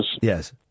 Yes